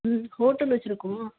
ம் ஹோட்டல் வச்சிருக்கோம்